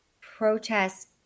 protests